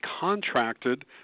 contracted